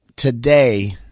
Today